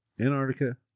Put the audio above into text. Antarctica